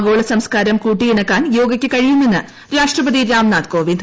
ആഗോള സംസ്കാരം കൂട്ടിയിണക്കാൻ യോഗയ്ക്ക് കഴിയുമെന്ന് രാഷ്ട്രപതി രാംനാഥ് കോവിന്ദ്